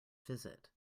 visit